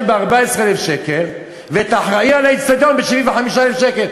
ב-14,000 שקל ואת האחראי לאיצטדיון ב-75,000 שקל.